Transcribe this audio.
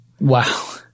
Wow